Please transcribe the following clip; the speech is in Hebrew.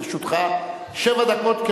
לרשותך שבע דקות,